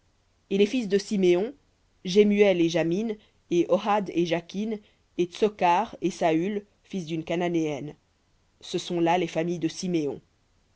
et les fils de siméon jemuel et jamin et ohad et jakin et tsokhar et saül fils d'une cananéenne ce sont là les familles de siméon